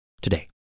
today